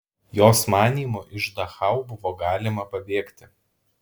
jos manymu iš dachau buvo galima pabėgti